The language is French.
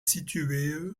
située